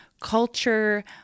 culture